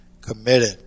committed